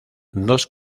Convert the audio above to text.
dos